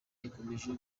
ikomeje